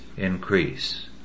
increase